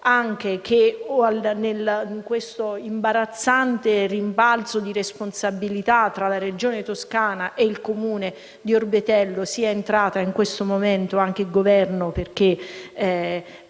anche che in questo imbarazzante rimbalzo di responsabilità tra la Regione Toscana e il Comune di Orbetello sia entrato in questo momento anche il Governo,